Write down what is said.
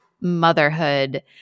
motherhood